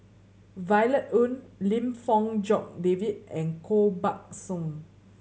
Violet Oon Lim Fong Jock David and Koh Buck Song